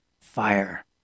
fire